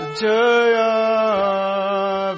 Jaya